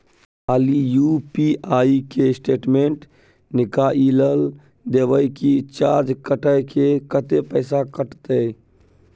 खाली यु.पी.आई के स्टेटमेंट निकाइल देबे की चार्ज कैट के, कत्ते पैसा कटते?